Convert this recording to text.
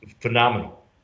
phenomenal